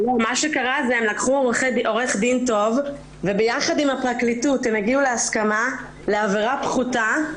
הם לקחו עורך דין טוב וביחד עם הפרקליטות הם הגיעו להסכמה לעבירה פחותה.